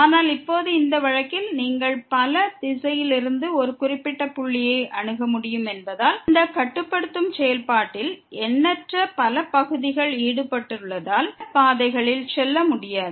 ஆனால் இப்போது இந்த வழக்கில் நீங்கள் பல திசையில் இருந்து ஒரு குறிப்பிட்ட புள்ளியை அணுக முடியும் என்பதால் இந்த கட்டுப்படுத்தும் செயல்பாட்டில் எண்ணற்ற பல பகுதிகள் ஈடுபட்டுள்ளதால் சில பாதைகளில் செல்ல முடியாது